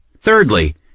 Thirdly